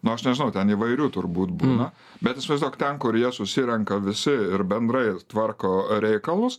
nu aš nežinau ten įvairių turbūt būna bet įsivaizduok ten kur jie susirenka visi ir bendrai tvarko reikalus